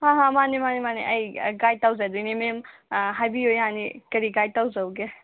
ꯍꯥ ꯍꯥ ꯃꯥꯟꯅꯦ ꯃꯥꯟꯅꯦ ꯃꯥꯟꯅꯦ ꯑꯩ ꯒꯥꯏꯠ ꯇꯧꯖꯗꯣꯏꯅꯦ ꯃꯦꯝ ꯍꯥꯏꯕꯤꯌꯣ ꯌꯥꯅꯤ ꯀꯔꯤ ꯒꯥꯏꯠ ꯇꯧꯖꯧꯒꯦ